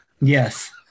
Yes